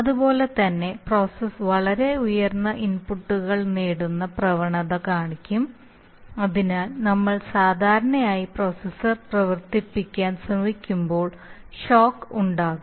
അതുപോലെ തന്നെ പ്രോസസ് വളരെ ഉയർന്ന ഇൻപുട്ടുകൾ നേടുന്ന പ്രവണത കാണിക്കും അതിനാൽ നമ്മൾ സാധാരണയായി പ്രോസസ്സർ പ്രവർത്തിപ്പിക്കാൻ ശ്രമിക്കുമ്പോൾ ഷോക്ക് ഉണ്ടാകും